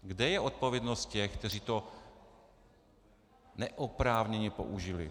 Kde je odpovědnost těch, kteří to neoprávněně použili?